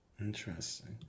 Interesting